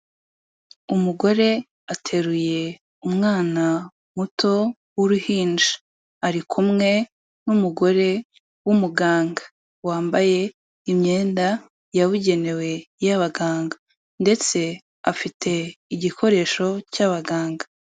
Umugore ateruye umwana muto w'uruhinja ari kumwe n'umugore w'umuganga, wambaye imyenda yabugenewe y'abaganga ndetse afite igikoresho cy'abaganga.